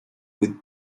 with